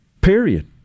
Period